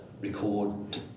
record